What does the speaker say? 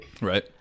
Right